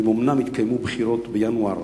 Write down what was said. אם אומנם יתקיימו בחירות בינואר